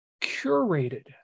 curated